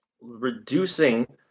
reducing